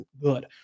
good